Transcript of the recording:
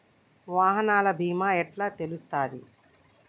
వాహనాల బీమా ఎట్ల తెలుస్తది?